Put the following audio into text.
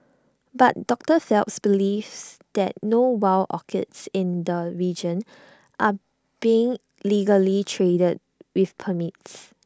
but doctor Phelps believes that no wild orchids in the region are being legally traded with permits